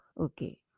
Okay